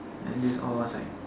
then this all was like